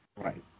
Right